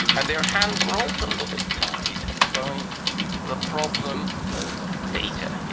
and their hands were also a little bit tied by the problem of data.